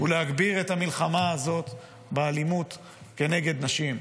ולהגביר את המלחמה הזאת באלימות כנגד נשים.